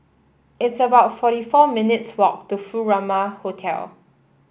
it's about forty four minutes' walk to Furama Hotel